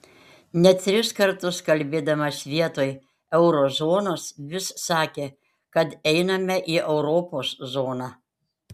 net tris kartus kalbėdamas vietoj euro zonos vis sakė kad einame į europos zoną